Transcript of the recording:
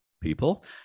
people